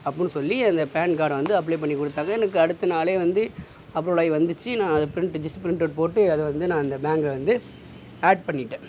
அப்புடின் சொல்லி அந்த பேன் கார்டை வந்து அப்ளே பண்ணிக் கொடுத்தாங்க எனக்கு அடுத்த நாளே வந்து அப்ரூவல் ஆகி வந்துச்சு நான் அதை பிரிண்ட் ஜஸ்ட் பிரிண்ட் அவுட் போட்டு அதை வந்து நான் அந்த பேங்க்கில் வந்து ஆட் பண்ணிவிட்டேன்